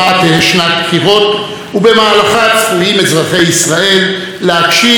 ישראל להגשים את חובתם ואת זכותם הדמוקרטית,